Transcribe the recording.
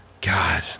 god